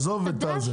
עזוב את זה.